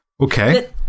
Okay